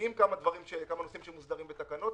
מופיעים כמה נושאים שמוסדרים בתקנות.